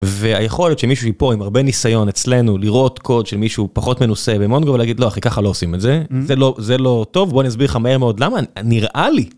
והיכולת שמישהו פה עם הרבה ניסיון אצלנו לראות קוד של מישהו פחות מנוסה במונגו ולהגיד לא אחי ככה לא עושים את זה זה לא זה לא טוב בוא אני אסביר לך מה מאוד למה נראה לי.